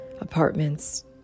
apartments